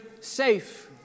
safe